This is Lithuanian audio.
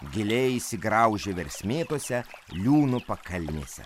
giliai įsigraužia versmėtose liūnų pakalnėse